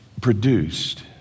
produced